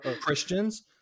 Christians